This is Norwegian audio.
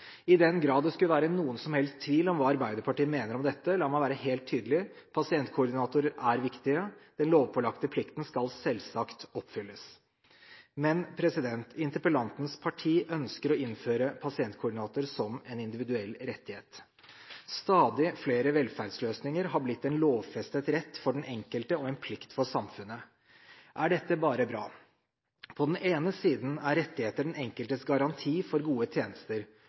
I den grad det skulle være noen som helst tvil om hva Arbeiderpartiet mener om dette, la meg være helt tydelig: Pasientkoordinatorer er viktige. Den lovpålagte plikten skal selvsagt oppfylles. Men interpellantens parti ønsker å innføre pasientkoordinator som en individuell rettighet. Stadig flere velferdsløsninger har blitt en lovfestet rett for den enkelte og en plikt for samfunnet. Er dette bare bra? På den ene siden er rettigheter den enkeltes garanti for gode tjenester.